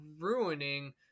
ruining